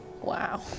Wow